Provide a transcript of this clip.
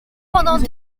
pendant